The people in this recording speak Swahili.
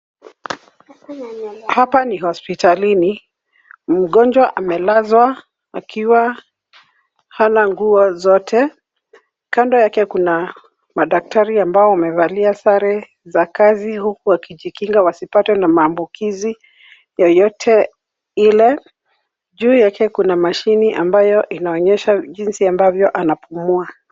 Hapa ni hospitalini. Mgonjwa amelazwa akiwa hana nguo zote. Kando yake kuna madaktari ambao wamevalia sare za kazi huku wakijikinga wasipatwe na maambukizi yoyote ile. Juu yake kuna mashine ambayo inaonyesha jinsi ambavyo anapumua.